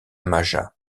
maja